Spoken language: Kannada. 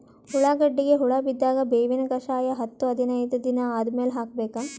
ಉಳ್ಳಾಗಡ್ಡಿಗೆ ಹುಳ ಬಿದ್ದಾಗ ಬೇವಿನ ಕಷಾಯ ಹತ್ತು ಹದಿನೈದ ದಿನ ಆದಮೇಲೆ ಹಾಕಬೇಕ?